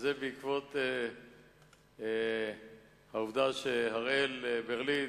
בעקבות העובדה שהראל ברלין,